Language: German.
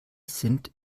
sind